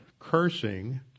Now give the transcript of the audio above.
Cursing